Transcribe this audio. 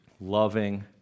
loving